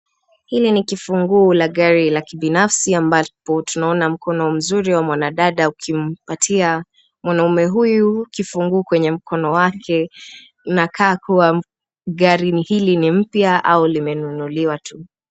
Hili ni kifunguu la gari la kibinafsi ambapo tunaona mkono mzuri wa mwanadada ukimpatia mwanaume huyu kifungu kwenye mkono wake. Inakaa kuwa gari hili ni mpya au limenunuliwa tu.